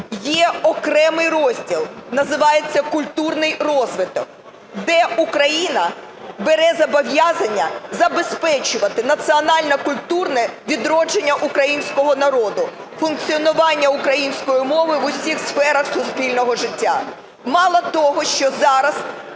є окремий розділ, називається "Культурний розвиток", де Україна бере зобов'язання забезпечувати національно-культурне відродження українського народу, функціонування української мови в усіх сферах суспільного життя. Мало того, що зараз